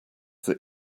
that